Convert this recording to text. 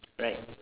right